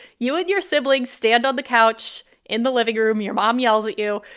you and your siblings stand on the couch in the living room. your mom yells at you.